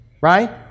right